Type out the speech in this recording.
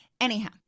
anyhow